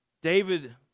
David